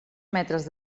metres